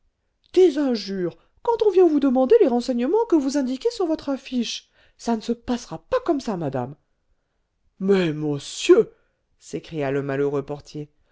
des injures quand on vient vous demander les renseignements que vous indiquez sur votre affiche ça ne se passera pas comme ça madame mais môssieur s'écria le malheureux portier